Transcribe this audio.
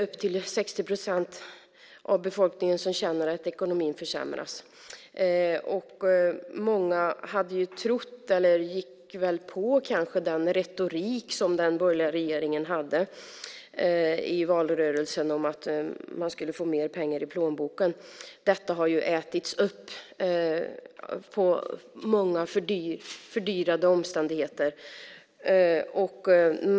Upp till 60 procent av befolkningen känner att ekonomin försämras. Många gick på den borgerliga retoriken i valrörelsen om att man skulle få mer pengar i plånboken. Detta har ätits upp genom fördyrade omständigheter.